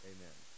Amen